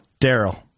Daryl